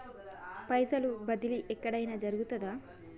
పైసల బదిలీ ఎక్కడయిన జరుగుతదా?